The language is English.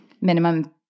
minimum